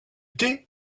thé